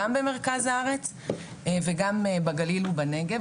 גם במרכז הארץ וגם בגליל ובנגב.